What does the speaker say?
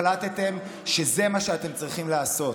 החלטתם שזה מה שאתם צריכים לעשות?